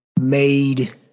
made